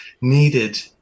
needed